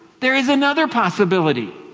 there is another possibility.